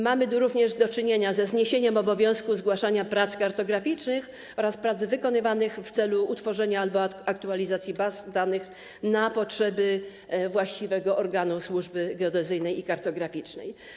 Mamy tu również do czynienia ze zniesieniem obowiązku zgłaszania prac kartograficznych oraz prac wykonywanych w celu utworzenia albo aktualizacji baz danych na potrzeby właściwego organu Służby Geodezyjnej i Kartograficznej.